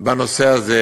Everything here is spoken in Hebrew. בנושא הזה.